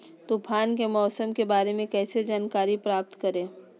तूफान के मौसम के बारे में कैसे जानकारी प्राप्त करें?